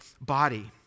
body